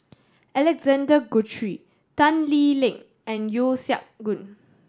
Alexander Guthrie Tan Lee Leng and Yeo Siak Goon